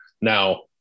now